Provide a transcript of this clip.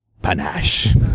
panache